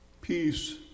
peace